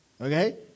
okay